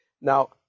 Now